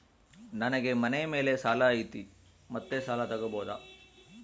ನನಗೆ ಮನೆ ಮೇಲೆ ಸಾಲ ಐತಿ ಮತ್ತೆ ಸಾಲ ತಗಬೋದ?